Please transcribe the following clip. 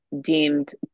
deemed